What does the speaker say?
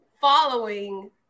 following